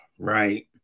right